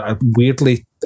Weirdly